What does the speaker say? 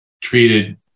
treated